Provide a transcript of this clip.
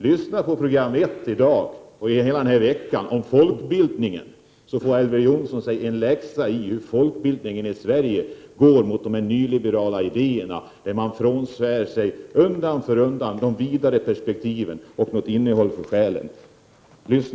Lyssna på P 1, som hela denna vecka har program om folkbildningen! Där kan Elver Jonsson få en lektion i hur folkbildningen i Sverige går mot de nyliberala idéerna, där man undan för undan frånsvär sig de vidare perspektiven och något innehåll för själen.